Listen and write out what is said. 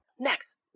Next